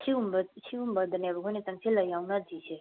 ꯁꯤꯒꯨꯝꯕꯗꯅꯦꯕ ꯑꯩꯈꯣꯏꯅ ꯆꯪꯁꯤꯜꯂꯒ ꯌꯥꯎꯅꯒꯗꯧꯔꯤꯁꯦ